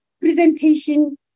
presentation